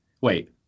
wait